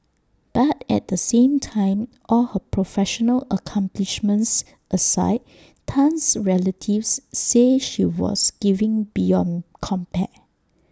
but at the same time all her professional accomplishments aside Tan's relatives say she was giving beyond compare